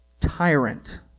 tyrant